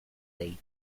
late